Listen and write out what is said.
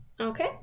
Okay